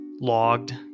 logged